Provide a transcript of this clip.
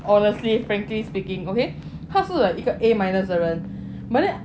honestly frankly speaking okay 他是 like 一个 A minus 的人 but then